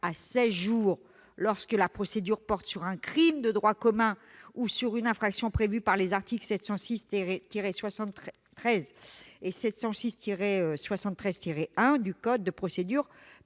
seize jours lorsque la procédure porte sur un crime de droit commun ou sur une infraction prévue aux articles 706-73 et 706-73-1 du code de procédure